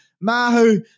Mahu